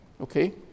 okay